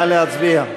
נא להצביע.